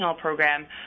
program